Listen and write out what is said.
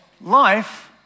Life